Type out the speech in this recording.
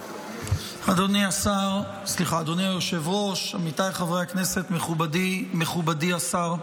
אדוני היושב-ראש, עמיתיי חברי הכנסת, מכובדי השר,